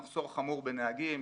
מחסור חמור בנהגים.